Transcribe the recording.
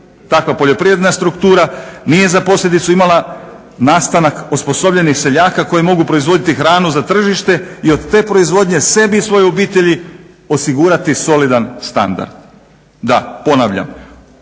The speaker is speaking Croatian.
Takva poljoprivredna struktura nije za posljedicu imala nastanak osposobljenih seljaka koji mogu proizvoditi hranu za tržište i od te proizvodnje sebi i svojoj obitelji osigurati solidan standard. Da, ponavljam,